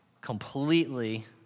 completely